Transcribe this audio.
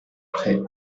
près